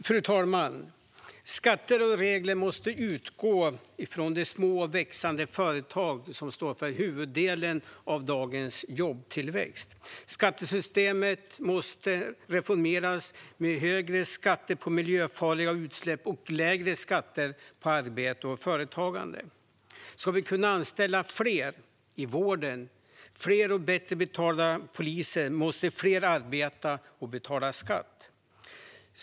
Fru talman! Skatter och regler måste utgå från de små och växande företag som står för huvuddelen av dagens jobbtillväxt. Skattesystemet måste reformeras, med högre skatter på miljöfarliga utsläpp och lägre skatter på arbete och företagande. Om vi ska kunna anställa fler i vården samt fler och bättre betalda poliser måste fler arbeta och betala skatt.